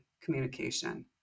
communication